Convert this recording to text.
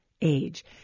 age